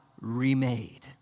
remade